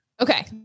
Okay